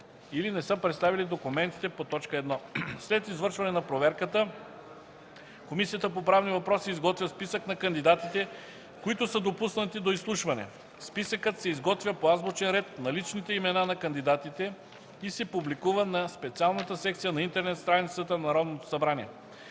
или - не са представили документите по т. 1. След извършване на проверката Комисията по правни въпроси изготвя списък на кандидатите, които са допуснати до изслушване. Списъкът се изготвя по азбучен ред на личните имена на кандидатите и се публикува на специалната секция на интернет страницата на Народното събрание.